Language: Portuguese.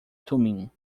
tumim